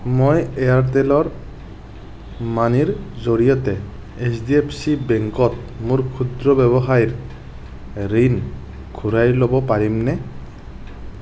মই এয়াৰটেলৰ মানিৰ জৰিয়তে এইচ ডি এফ চি বেংকত মোৰ ক্ষুদ্ৰ ৱ্যৱসায়ৰ ঋণ ঘূৰাই লব পাৰোঁনে